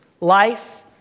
life